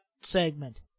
segment